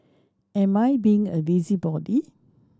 am I being a busybody